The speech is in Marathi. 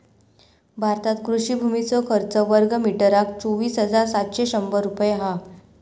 भारतात कृषि भुमीचो खर्च वर्गमीटरका चोवीस हजार सातशे शंभर रुपये हा